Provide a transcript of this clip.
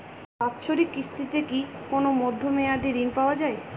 বাৎসরিক কিস্তিতে কি কোন মধ্যমেয়াদি ঋণ পাওয়া যায়?